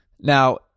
now